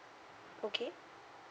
okay